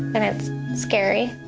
and it's scary,